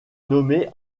nommée